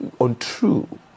untrue